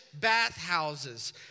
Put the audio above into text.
bathhouses